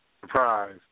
Surprise